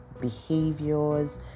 behaviors